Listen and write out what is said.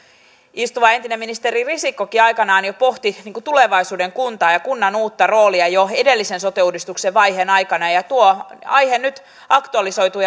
istuva entinen ministeri risikkokin aikanaan jo pohti tulevaisuuden kuntaa ja kunnan uutta roolia jo edellisen sote uudistuksen vaiheen aikana ja ja tuo aihe nyt aktualisoituu